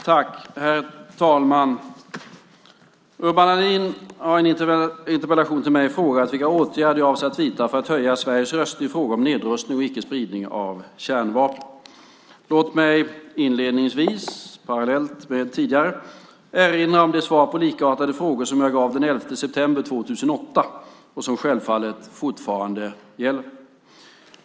Herr talman! Urban Ahlin har i en interpellation till mig frågat vilka åtgärder jag avser att vidta för att höja Sveriges röst i frågor om nedrustning och icke-spridning av kärnvapen. Låt mig inledningsvis erinra om det svar på likartade frågor som jag gav den 11 september 2008 och som självfallet fortfarande gäller.